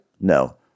No